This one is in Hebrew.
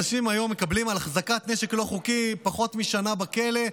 אנשים היום מקבלים על החזקת נשק לא חוקי פחות משנה בכלא,